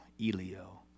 Elio